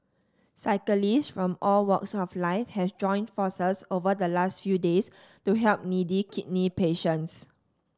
cyclist from all walks of life have joined forces over the last few days to help needy kidney patients